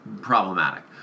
problematic